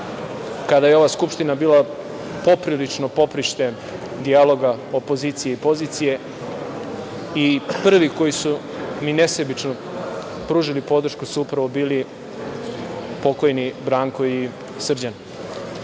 kada je ova Skupština bila poprilično poprište dijaloga opozicije i pozicije i prvi koji su mi nesebično pružili podršku su upravo bili pokojni Branko i Srđan.